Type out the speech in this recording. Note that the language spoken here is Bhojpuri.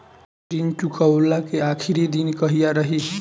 ऋण चुकव्ला के आखिरी दिन कहिया रही?